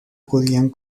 podían